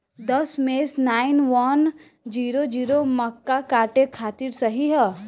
दशमेश nine one zero zero मक्का काटे खातिर सही ह?